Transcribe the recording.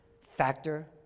factor